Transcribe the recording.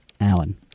Alan